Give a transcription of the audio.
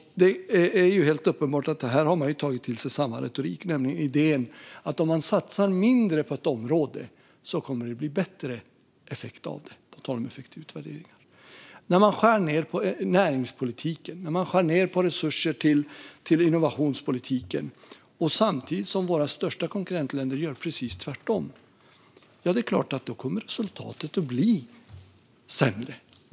Det är helt uppenbart att man här har tagit till sig samma retorik, nämligen att om man satsar mindre på ett område kommer det att bli bättre effekt av det, på tal om effektutvärdering. Man skär ned på näringspolitiken och resurser till innovationspolitiken samtidigt som våra viktigaste konkurrentländer gör precis tvärtom. Då är det klart att resultatet kommer att bli sämre.